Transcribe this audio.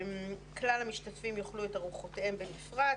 כלל המשתתפים יאכלו את ארוחותיהם בנפרד,